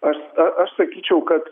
aš aš sakyčiau kad